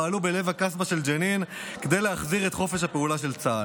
פעלו בלב הקסבה של ג'נין כדי להחזיר את חופש הפעולה של צה"ל.